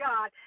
God